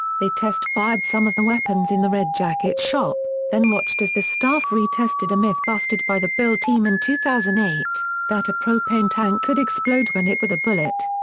they test-fired some of the weapons in the red jacket shop, then watched as the staff re-tested a myth busted by the build team in two thousand and eight that a propane tank could explode when hit with a bullet.